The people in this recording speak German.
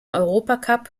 europacup